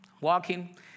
walking